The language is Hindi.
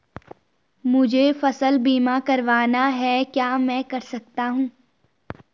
मुझे फसल बीमा करवाना है क्या मैं कर सकता हूँ?